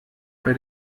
bei